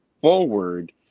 forward